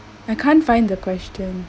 I can't find the question